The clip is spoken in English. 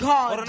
God